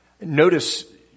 Notice